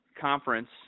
conference